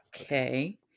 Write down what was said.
Okay